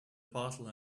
bottle